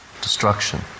destruction